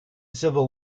civil